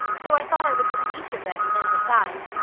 so i thought i would look at each of them and then decide.